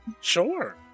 Sure